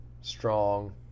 Strong